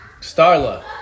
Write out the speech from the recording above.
Starla